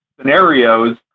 scenarios